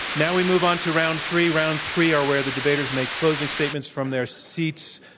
now, we move on to round three. round three are where the debaters make closing statements from their seats.